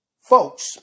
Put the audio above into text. Folks